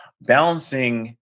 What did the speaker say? balancing